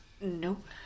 Nope